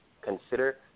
Consider